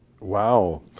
wow